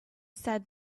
said